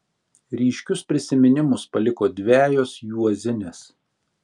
ryškius prisiminimus paliko dvejos juozinės